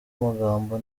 amagambo